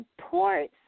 supports